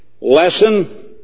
lesson